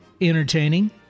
Entertaining